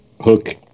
Hook